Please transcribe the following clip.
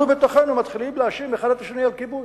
בתוכנו מתחילים להאשים אחד את השני בכיבוש,